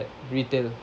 retail